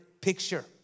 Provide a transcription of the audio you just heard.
picture